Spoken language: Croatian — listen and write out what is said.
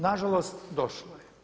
Nažalost došlo je.